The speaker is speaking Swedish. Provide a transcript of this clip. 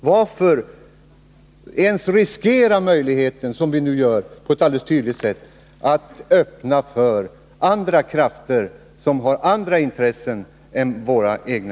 Varför ens riskera — som vi nu gör på ett alldeles tydligt sätt — att öppna för andra krafter, som har andra intressen än våra egna?